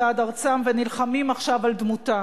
הממשלה, יצא העם לרחובות עם מסר אחד מסיבות שונות.